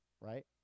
right